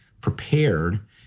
prepared